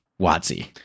Watsy